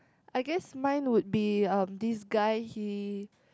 I guess mine would be um this guy he